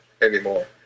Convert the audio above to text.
anymore